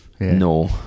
No